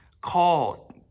Call